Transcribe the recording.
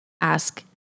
ask